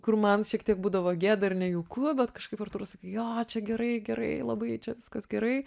kur man šiek tiek būdavo gėda ir nejauku bet kažkaip artūras sakė jo čia gerai gerai labai čia viskas gerai